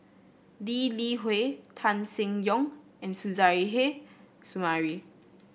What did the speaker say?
Lee Li Hui Tan Seng Yong and Suzairhe Sumari